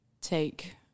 take